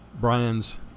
brian's